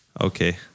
Okay